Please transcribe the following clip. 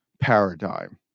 paradigm